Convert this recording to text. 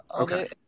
Okay